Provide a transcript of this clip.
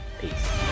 Peace